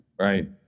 Right